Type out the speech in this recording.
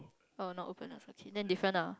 oh no openness okay then different ah